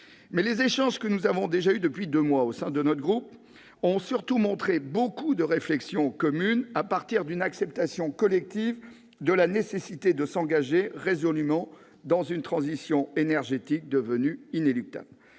Mais les échanges que nous avons eus, depuis deux mois, au sein de notre groupe ont surtout témoigné de l'existence de nombreuses réflexions communes, à partir d'une acceptation collective de la nécessité de s'engager résolument dans une transition énergétique devenue inéluctable.